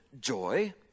joy